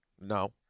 No